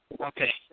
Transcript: Okay